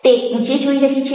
તે ઉંચે જોઈ રહી છે